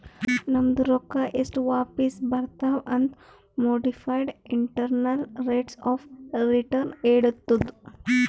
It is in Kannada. ನಮ್ದು ರೊಕ್ಕಾ ಎಸ್ಟ್ ವಾಪಿಸ್ ಬಂದಾವ್ ಅಂತ್ modified internal rates of return ಹೇಳತ್ತುದ್